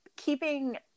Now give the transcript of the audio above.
keeping